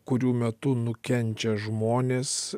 kurių metu nukenčia žmonės